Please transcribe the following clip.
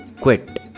quit